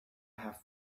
have